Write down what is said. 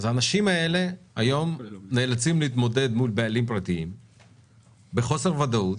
זה משהו שצריך לפתוח אותו.